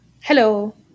hello